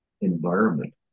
environment